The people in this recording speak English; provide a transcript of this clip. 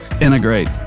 integrate